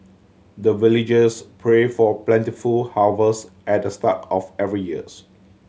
the villagers pray for plentiful harvest at the start of every years